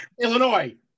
Illinois